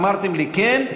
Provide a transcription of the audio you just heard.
אמרתם לי "כן",